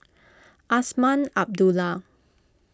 Azman Abdullah